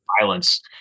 violence